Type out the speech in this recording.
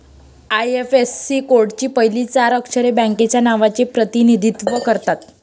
IFSC कोडची पहिली चार अक्षरे बँकेच्या नावाचे प्रतिनिधित्व करतात